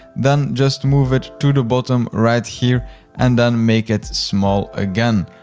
then just move it to the bottom right here and then make it small again.